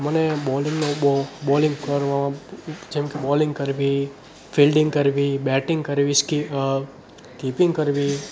મને બોલિંગનો બહુ બોલિંગ કરવામાં ખૂબ જેમ કે બોલિંગ કરવી ફિલ્ડિંગ કરવી બેટિંગ કરવી સ્કી કીપીંગ કરવી